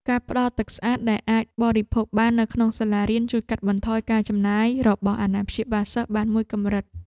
ការផ្តល់ទឹកស្អាតដែលអាចបរិភោគបាននៅក្នុងសាលារៀនជួយកាត់បន្ថយការចំណាយរបស់អាណាព្យាបាលសិស្សបានមួយកម្រិត។